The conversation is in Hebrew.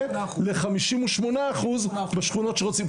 לחמישים ושמונה אחוז בשכונות שרוצים.